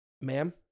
ma'am